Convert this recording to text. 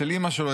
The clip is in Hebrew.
אצל אימא שלו,